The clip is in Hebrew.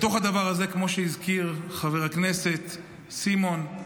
בתוך הדבר הזה, כמו שהזכיר חבר הכנסת סימון,